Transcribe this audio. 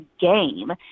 game